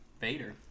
Vader